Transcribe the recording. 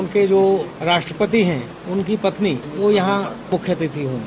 उनके जो राष्ट्रपति है उनकी पत्नी यहां मुख्य अतिथि होगी